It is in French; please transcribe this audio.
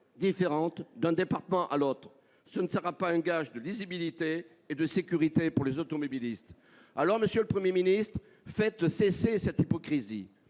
différentes d'un département à l'autre. Ce ne sera pas un gage de lisibilité et de sécurité pour les automobilistes. Aussi, monsieur le Premier ministre, mettez fin à cette hypocrisie,